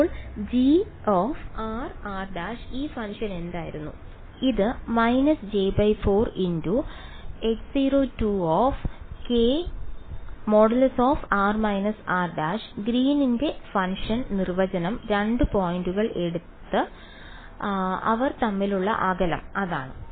അപ്പോൾ grr′ ഈ ഫംഗ്ഷൻ എന്തായിരുന്നു ഇത് − j4H0k|r − r′| ഗ്രീനിന്റെ ഫംഗ്ഷന്റെ നിർവചനം 2 പോയിന്റുകൾ എടുത്ത് അവർ തമ്മിലുള്ള അകലം അതാണ്